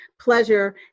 pleasure